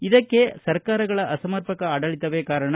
ಇದಕ್ಕೆ ಸರ್ಕಾರಗಳ ಅಸಮರ್ಪಕ ಆಡಳಿತವೇ ಕಾರಣ